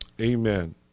Amen